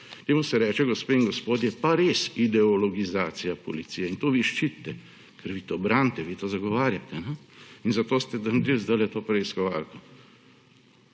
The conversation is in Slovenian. Temu se reče, gospe in gospodje, pa res ideologizacija policije; in to vi ščitite, ker vi to branite, vi to zagovarjate. In zato ste naredili zdaj to preiskovalko